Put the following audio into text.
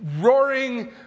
roaring